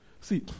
See